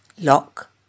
lock